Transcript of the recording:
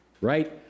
Right